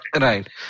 Right